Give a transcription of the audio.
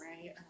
right